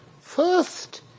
first